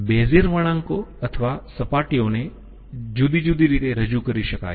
Bezier વણાંકો અને સપાટીઓને જુદી જુદી રીતે રજૂ કરી શકાય છે